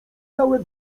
całe